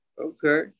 Okay